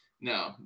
No